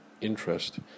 interest